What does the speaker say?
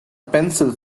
pencil